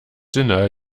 dinner